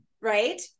right